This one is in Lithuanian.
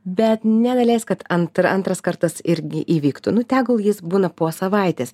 bet negalės kad antra antras kartas irgi įvyktų nu tegul jis būna po savaitės